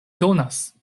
donas